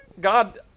God